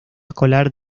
escolar